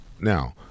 Now